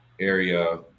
area